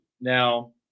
Now